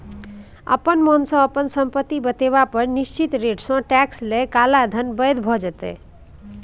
अपना मोनसँ अपन संपत्ति बतेबा पर निश्चित रेटसँ टैक्स लए काला धन बैद्य भ जेतै